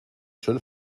schön